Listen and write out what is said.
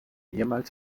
ehemals